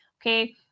okay